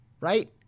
Right